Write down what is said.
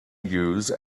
use